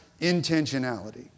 intentionality